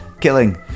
killing